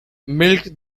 milk